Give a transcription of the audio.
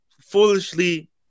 foolishly